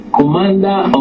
commander